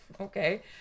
Okay